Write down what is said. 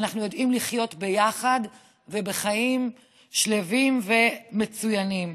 ואנחנו יודעים לחיות ביחד ובחיים שלווים ומצוינים.